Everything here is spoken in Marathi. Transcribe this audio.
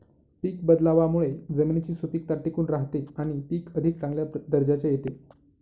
पीक बदलावामुळे जमिनीची सुपीकता टिकून राहते आणि पीक अधिक चांगल्या दर्जाचे येते